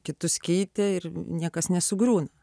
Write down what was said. kitus keitė ir niekas nesugriūna